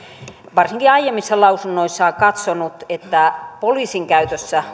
varsinkin aiemmissa lausunnoissaan katsonut että poliisin käytössä